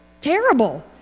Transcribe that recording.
terrible